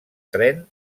tren